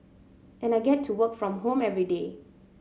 and I get to work from home everyday